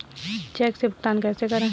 Check से भुगतान कैसे करें?